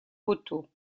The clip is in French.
poteau